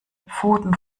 pfoten